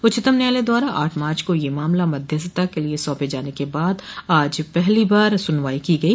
उच्चतम न्यायालय द्वारा आठ मार्च को यह मामला मध्यस्थता के लिए सौंपे जाने के बाद आज पहली बार सुनवाई की गई